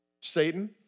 Satan